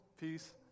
peace